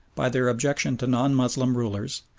by their objection to non-moslem rulers,